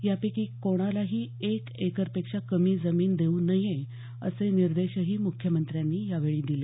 यापैकी कोणालाही एक एकरपेक्षा कमी जमीन देऊ नये असे निर्देशही मुख्यमंत्र्यांनी यावेळी दिले